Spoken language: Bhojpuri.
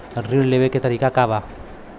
ऋण लेवे के तरीका का बा?